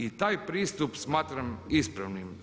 I taj pristup smatram ispravnim.